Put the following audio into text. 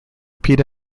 pita